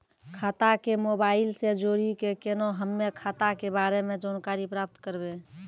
खाता के मोबाइल से जोड़ी के केना हम्मय खाता के बारे मे जानकारी प्राप्त करबे?